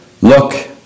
look